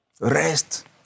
Rest